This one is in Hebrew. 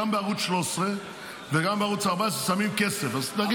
גם בערוץ 13 וגם בערוץ 14 שמים כסף.